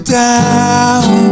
down